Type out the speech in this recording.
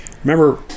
remember